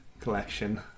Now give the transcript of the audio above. collection